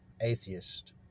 atheist